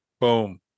boom